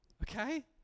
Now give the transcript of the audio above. Okay